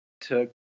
took